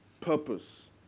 Purpose